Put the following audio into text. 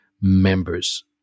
members